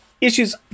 issues